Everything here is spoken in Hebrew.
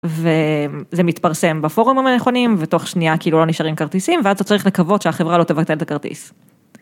וזה מתפרסם בפורומים הנכונים ותוך שנייה כאילו לא נשארים כרטיסים ואז אתה צריך לקוות שהחברה לא תבטל את הכרטיס.